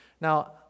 Now